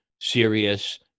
serious